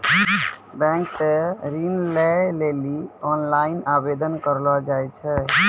bank से ऋण लै लेली ओनलाइन आवेदन करलो जाय छै